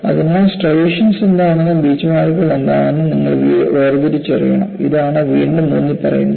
അതിനാൽ സ്ട്രൈയേഷൻസ് എന്താണെന്നും ബീച്ച്മാർക്കുകൾ എന്താണെന്നും നിങ്ങൾ വേർതിരിച്ചറിയണം ഇതാണ് വീണ്ടും ഊന്നിപ്പറയുന്നത്